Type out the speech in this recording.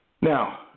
Now